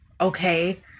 okay